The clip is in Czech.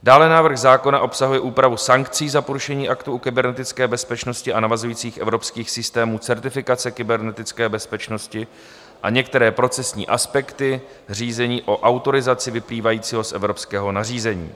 Dále návrh zákona obsahuje úpravu sankcí za porušení aktu o kybernetické bezpečnosti a navazujících evropských systémů certifikace kybernetické bezpečnosti a některé procesní aspekty, řízení o autorizaci vyplývajícího z evropského nařízení.